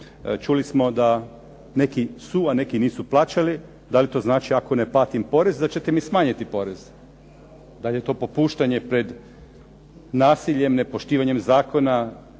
Čuli smo da neki su, a neki nisu plaćali. Da li to znači ako ne platim porez da ćete mi smanjiti porez? Da li je to popuštanje pred nasiljem, nepoštivanjem zakona,